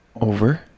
Over